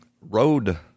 road